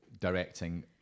directing